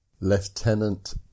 Lieutenant